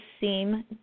seem